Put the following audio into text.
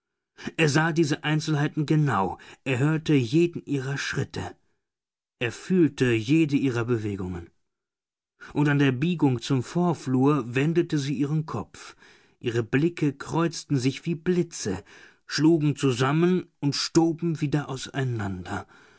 er sah diese einzelheiten genau er hörte jeden ihrer schritte fühlte jede ihrer bewegungen und an der biegung zum vorflur wendete sie ihren kopf ihre blicke kreuzten sich wie blitze schlugen zusammen und stoben wieder auseinander